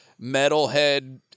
metalhead